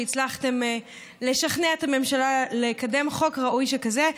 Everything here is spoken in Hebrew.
שהצלחתם לשכנע את הממשלה לקדם חוק ראוי שכזה,